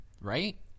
right